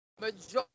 Majority